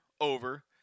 over